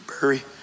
bury